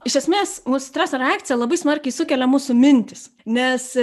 iš esmės mus streso reakcija labai smarkiai sukelia mūsų mintys nes